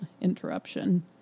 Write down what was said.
interruption